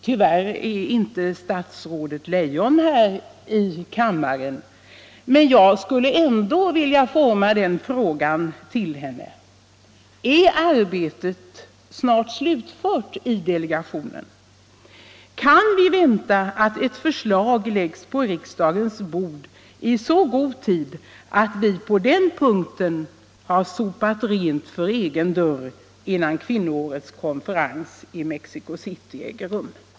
Tyvärr är inte statsrådet Leijon i kammaren, men jag skulle ändå vilja ställa frågan till henne: Är det arbetet snart slutfört? Kan vi vänta att ett förslag läggs på riksdagens bord i så god tid, att vi på den punkten har sopat rent för egen dörr innan kvinnoårets konferens i Mexico City äger rum?